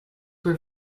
were